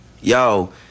Yo